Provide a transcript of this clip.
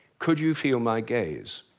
could you feel my gaze?